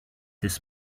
this